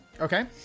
Okay